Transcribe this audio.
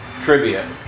Trivia